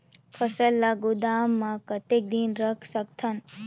फसल ला गोदाम मां कतेक दिन रखे सकथन?